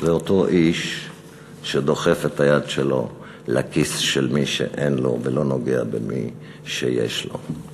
זה אותו איש שדוחף את היד שלו לכיס של מי שאין לו ולא נוגע במי שיש לו.